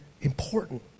important